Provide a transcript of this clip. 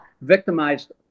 victimized